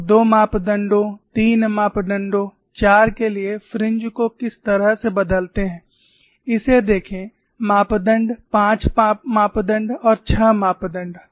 आप दो मापदंडों तीन मापदंडों चार के लिए फ्रिंज को किस तरह से बदलते हैं इसे देखें मापदण्ड पांच मापदण्ड और छह मापदण्ड